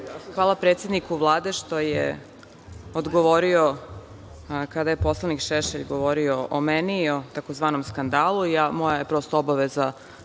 Hvala predsedniku Vlade što je odgovorio kada je poslanik Šešelj govorio o meni i o tzv. skandalu. Moja je prosto obaveza